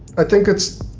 i think it's